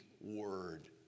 Word